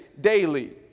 daily